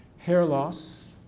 hair loss,